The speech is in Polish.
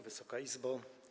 Wysoka Izbo!